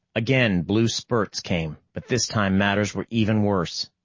again blue spurts came, but this time matters were even worse.